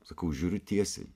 sakau žiūriu tiesiai